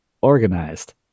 Organized